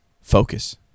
Focus